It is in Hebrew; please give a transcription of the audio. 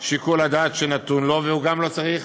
שיקול הדעת שנתון לו, והוא גם לא צריך